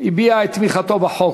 הביע את תמיכתו בחוק.